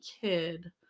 kid